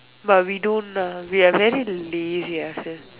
but we don't ah we are very lazy I feel